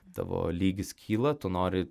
tavo lygis kyla tu nori